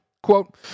Quote